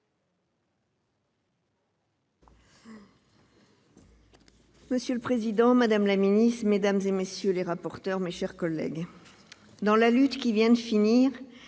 Monsieur le président, madame la ministre, mesdames, messieurs les rapporteurs, mes chers collègues, « dans la lutte qui vient de finir,